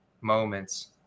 moments